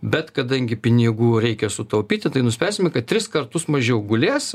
bet kadangi pinigų reikia sutaupyti tai nuspręsime kad tris kartus mažiau gulės